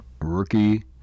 rookie